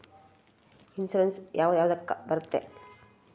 Insurance ಯಾವ ಯಾವುದಕ್ಕ ಬರುತ್ತೆ?